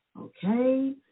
Okay